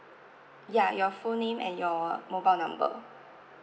ya your full name and your mobile number